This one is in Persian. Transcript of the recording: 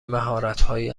مهارتهایی